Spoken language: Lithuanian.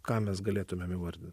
ką mes galėtumėm vardin